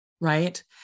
right